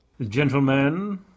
Gentlemen